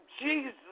Jesus